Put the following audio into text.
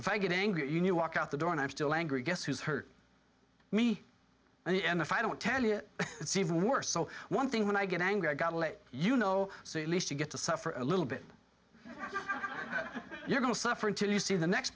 if i get angry you knew walk out the door and i'm still angry guess who's hurt me and the end if i don't tell you it's even worse so one thing when i get angry i gotta let you know so at least you get to suffer a little bit you're going to suffer until you see the next